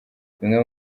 bimwe